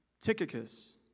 Tychicus